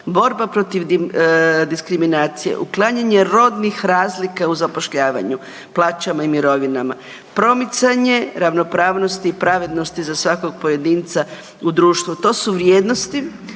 borba protiv diskriminacije, uklanjanje rodnih razlika u zapošljavanju, plaćama i mirovinama, promicanje ravnopravnosti i pravednosti za svakog pojedinca u društvu, to su vrijednosti,